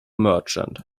merchant